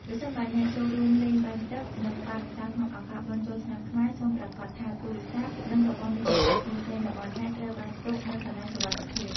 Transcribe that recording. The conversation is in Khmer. ប្រសិនបើអ្នកចូលរួមលេងបាញ់ទឹក និងប៉ាតម្សៅក្នុងឱកាសបុណ្យចូលឆ្នាំខ្មែរ សូមប្រាកដថាទូរស័ព្ទ និងរបស់មានតម្លៃផ្សេងៗរបស់អ្នកត្រូវបានទុកនៅកន្លែងសុវត្ថិភាព។